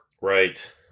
Right